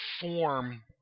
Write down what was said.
form